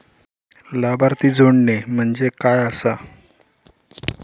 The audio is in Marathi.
लाभार्थी जोडणे म्हणजे काय आसा?